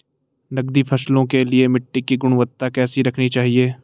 नकदी फसलों के लिए मिट्टी की गुणवत्ता कैसी रखनी चाहिए?